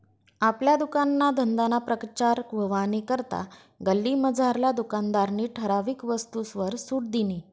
आपला दुकानना धंदाना प्रचार व्हवानी करता गल्लीमझारला दुकानदारनी ठराविक वस्तूसवर सुट दिनी